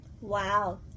Wow